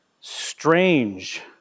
strange